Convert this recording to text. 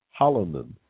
Holloman